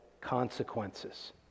consequences